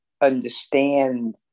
understand